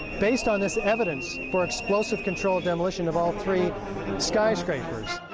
based on this evidence for explosive controlled demolition of all three skyscrapers.